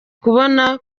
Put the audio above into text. kubona